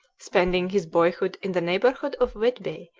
spending his boyhood in the neighbourhood of whitby,